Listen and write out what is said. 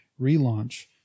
relaunch